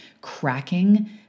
cracking